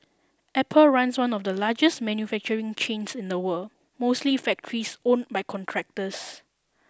Apple runs one of the largest manufacturing chains in the world mostly factories owned by contractors